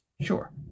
Sure